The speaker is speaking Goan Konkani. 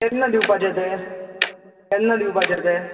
केन्ना दिवपाचे ते केन्ना दिवपाचे ते